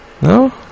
No